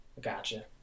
Gotcha